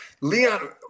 Leon